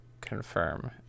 confirm